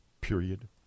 Period